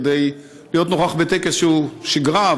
כדי להיות נוכח בטקס שהוא שגרה,